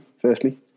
firstly